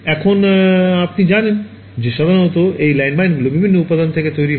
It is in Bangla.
এখন আপনি জানেন যে সাধারণত এই ল্যান্ডমাইনগুলি বিভিন্ন উপাদান থেকে তৈরি করা হয়